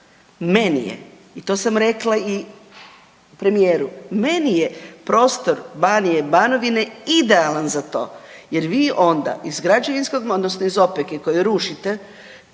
Meni je, i to sam rekla i premijeru, meni je prostor Banije, Banovine idealan za to, jer vi onda iz građevinskog materijala, odnosno iz opeke koju rušite,